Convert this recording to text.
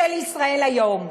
של "ישראל היום",